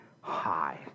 high